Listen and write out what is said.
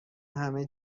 همه